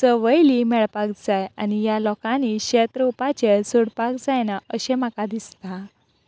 सवयती मेळपाक जाय आनी ह्या लोकांनी शेत रोवपाचे सोडपाक जायना अशें म्हाका दिसता